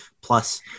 plus